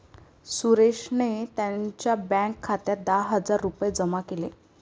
सुरेशने त्यांच्या बँक खात्यात दहा हजार रुपये जमा केले